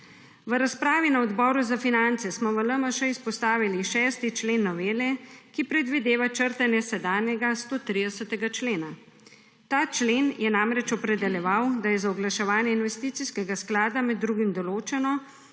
V razpravi na Odboru za finance smo v LMŠ izpostavili 6. člen novele, ki predvideva črtanje sedanjega 130. člena. Ta člen je namreč opredeljeval, da je za oglaševanje investicijskega sklada med drugim določeno,